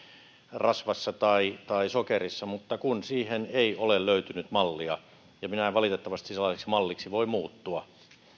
rasvassa tai tai sokerissa mutta siihen ei ole löytynyt mallia ja minä en valitettavasti sellaiseksi malliksi voi muuttua